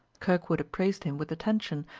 kirkwood appraised him with attention,